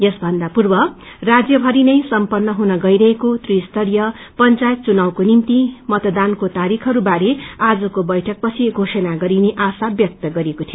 यसभन्दा पूर्व राज्य भरिनै सम्पत्र हुन गइरहेको त्रिस्तरीय पंचायत चुनावको निम्ति मतदानको तारीखहरू बारे आजको वैठक पछि घोषणा गरिने आशा व्यक्त गरिएको थियो